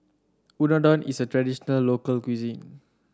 Unadon is a traditional local cuisine